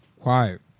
Quiet